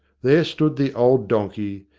there stood the old donkey,